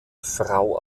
frau